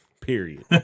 Period